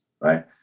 right